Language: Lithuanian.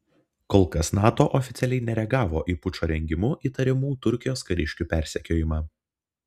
kol kas nato oficialiai nereagavo į pučo rengimu įtariamų turkijos kariškių persekiojimą